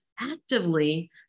actively